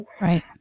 Right